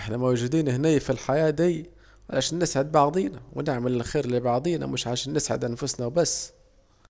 احنا موجودين اهني في الحاجات دي عشان نسعد بعضينا ونعمل الخير لبعضينا مش عشان نسعد أنفسنا وبس